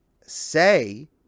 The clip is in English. Say